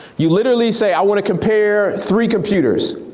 you literally say i want a compare three computers.